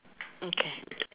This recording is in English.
okay